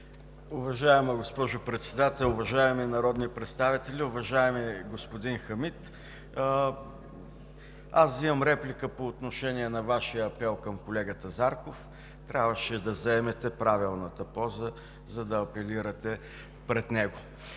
Уважаема госпожо Председател, уважаеми народни представители! Уважаеми господин Хамид, аз взимам реплика по отношение на Вашия апел към колегата Зарков. Трябваше да заемете правилната поза, за да апелирате пред него.